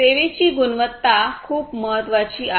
सेवेची गुणवत्ता क्यूओएस खूप महत्वाची आहे